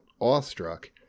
awestruck